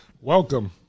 Welcome